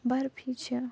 برٛفی چھِ